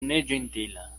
neĝentila